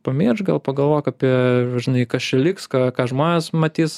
pamiršk gal pagalvok apie žinai kas čia liks ką žmonės matys